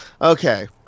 Okay